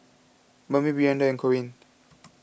Bambi Brianda and Corine